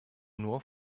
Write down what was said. nur